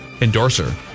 endorser